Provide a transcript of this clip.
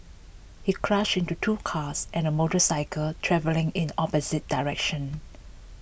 he crashed into two cars and a motorcycle travelling in the opposite direction